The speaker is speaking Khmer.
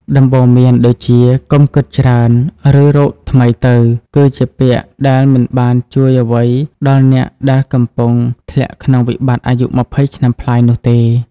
ដំបូន្មានដូចជា "កុំគិតច្រើន" ឬ "រកថ្មីទៅ" គឺជាពាក្យដែលមិនបានជួយអ្វីដល់អ្នកដែលកំពុងធ្លាក់ក្នុងវិបត្តិអាយុ២០ឆ្នាំប្លាយនោះទេ។